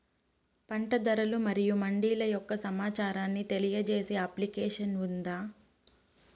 పంట ధరలు మరియు మండీల యొక్క సమాచారాన్ని తెలియజేసే అప్లికేషన్ ఉందా?